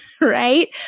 Right